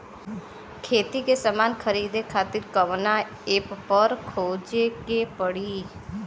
खेती के समान खरीदे खातिर कवना ऐपपर खोजे के पड़ी?